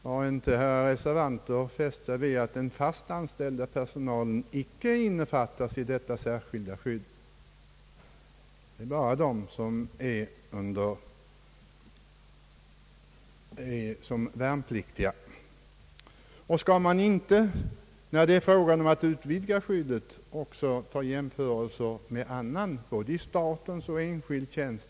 Har inte reservanterna uppmärksammat att den fast anställda personalen icke innefattas i detta särskilda skydd? Det gäller bara för värnpliktiga. Bör man inte när man diskuterar en utvidgning av skyddet också göra jämförelser med andra personalkategorier, anställda såväl i statlig som i enskild tjänst?